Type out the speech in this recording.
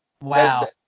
Wow